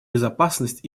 безопасность